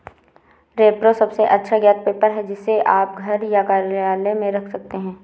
repro सबसे अच्छा ज्ञात पेपर है, जिसे आप घर या कार्यालय में रख सकते हैं